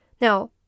Now